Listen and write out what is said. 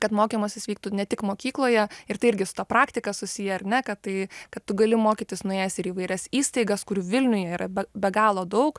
kad mokymasis vyktų ne tik mokykloje ir tai irgi su ta praktika susiję ar ne kad tai kad tu gali mokytis nuėjęs ir į įvairias įstaigas kurių vilniuje yra be be galo daug